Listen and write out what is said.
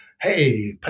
Hey